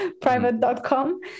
private.com